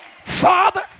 Father